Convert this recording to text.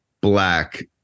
black